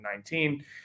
2019